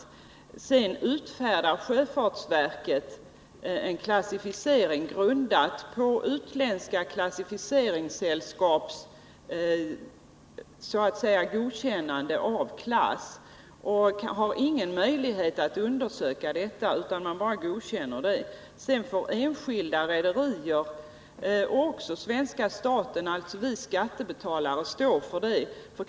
Därefter utfärdar sjöfartsverket en klassificering grundad på de utländska klassificeringssällskapens godkännande och har ingen möjlighet att undersöka detta. Sedan får enskilda rederier och svenska staten, dvs. vi skattebetalare, stå för kostnaderna.